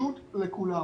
ופשוט לכולם.